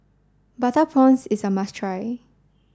Butter Prawns is a must try